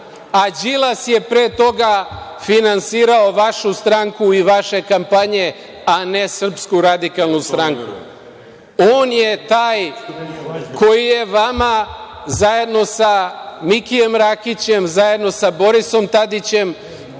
a Đilas je pre toga finansirao vašu stranku i vaše kampanje, a ne SRS. On je taj koji je vama, zajedno sa Mikijem Rakićem, zajedno sa Borisom Tadićem,